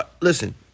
Listen